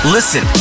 Listen